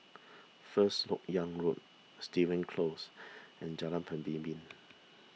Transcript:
First Lok Yang Road Stevens Close and Jalan Pemimpin